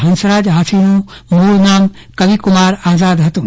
હંસરાજ હાથીનું મુળ નામ કવિકુમાર આઝાદ હતું